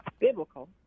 biblical